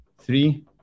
three